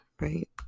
right